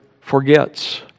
forgets